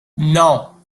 non